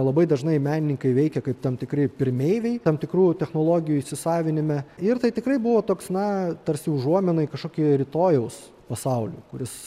labai dažnai menininkai veikė kaip tam tikri pirmeiviai tam tikrų technologijų įsisavinime ir tai tikrai buvo toks na tarsi užuomina į kažkokį rytojaus pasaulį kuris